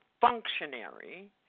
functionary